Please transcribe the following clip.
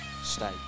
stay